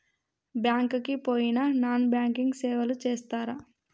Bank కి పోయిన non banking సేవలు చేస్తరా?